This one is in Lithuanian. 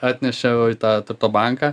atnešiau į tą turto banką